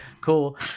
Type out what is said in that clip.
cool